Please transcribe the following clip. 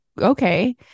okay